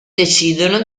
decidono